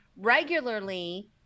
regularly